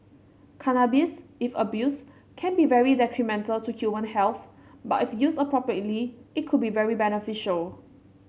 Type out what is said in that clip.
cannabis if abused can be very detrimental to human health but if used appropriately it could be very beneficial